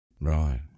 Right